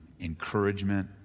encouragement